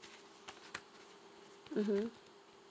mm